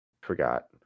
forgot